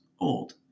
old